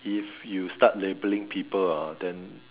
if you start labelling people ah then